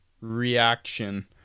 reaction